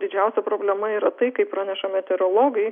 didžiausia problema yra tai kaip praneša meteorologai